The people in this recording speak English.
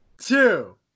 two